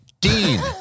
Dean